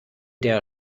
der